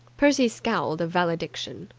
percy scowled a valediction.